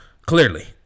clearly